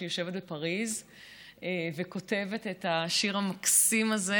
שיושבת בפריז וכותבת את השיר המקסים הזה.